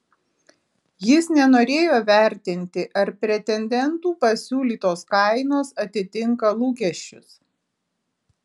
jis nenorėjo vertinti ar pretendentų pasiūlytos kainos atitinka lūkesčius